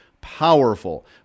powerful